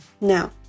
Now